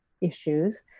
issues